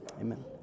Amen